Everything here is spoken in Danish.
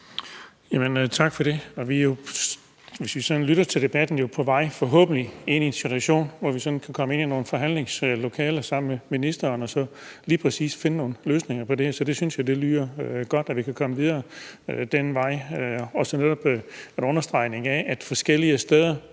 vi sådan lytter til debatten, er vi jo på vej – forhåbentlig – ind i en situation, hvor vi kan komme ind i forhandlingslokalet sammen med ministeren og så lige præcis finde nogle løsninger på det. Så vi synes, det lyder godt, at vi kan komme videre ad den vej. Og så er det netop en understregning af, at forskellige steder,